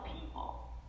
people